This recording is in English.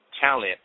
talent